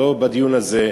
לא בדיון הזה,